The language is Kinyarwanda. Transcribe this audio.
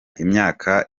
imyaka